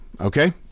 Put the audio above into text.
okay